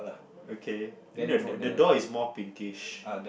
okay and then the the the door is more pinkish